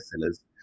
sellers